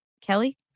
kelly